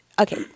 okay